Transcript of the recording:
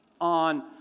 on